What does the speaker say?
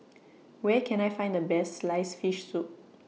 Where Can I Find The Best Sliced Fish Soup